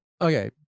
Okay